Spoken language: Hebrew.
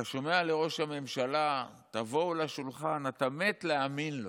אתה שומע את ראש הממשלה: תבואו לשולחן אתה מת להאמין לו,